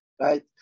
right